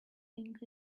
think